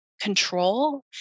control